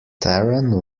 taran